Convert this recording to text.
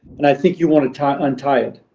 and i think you want to to untie it.